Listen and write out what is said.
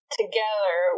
together